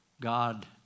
God